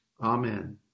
amen